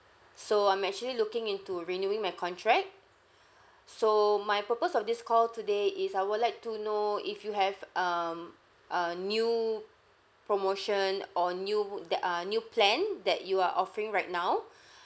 so I'm actually looking into renewing my contract so my purpose of this call today is I would like to know if you have um a new promotion or new wo~ that uh new plan that you are offering right now